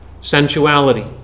sensuality